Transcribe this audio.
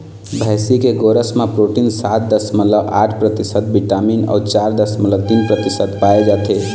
भइसी के गोरस म प्रोटीन सात दसमलव आठ परतिसत, बिटामिन ए चार दसमलव तीन परतिसत पाए जाथे